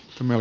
tämä